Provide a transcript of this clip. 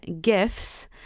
gifts